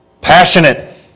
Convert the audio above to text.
passionate